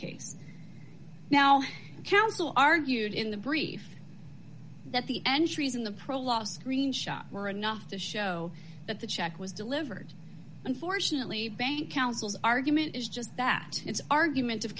case now counsel argued in the brief that the entries in the pro last green shot were enough to show that the check was delivered unfortunately bank council's argument is just that it's argument of